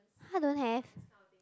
!huh! don't have